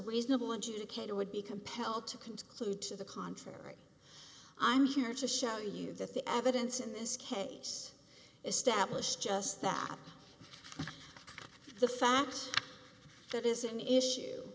reasonable educator would be compelled to conclude to the contrary i'm here to show you that the evidence in this case established just that the fact that is an issue